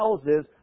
houses